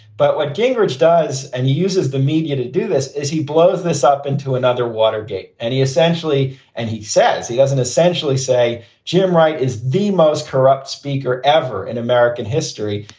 but what gingrich does and he uses the media to do this is he blows this up into another watergate. and he essentially and he says he doesn't essentially say jim wright is the most corrupt speaker ever in american. history.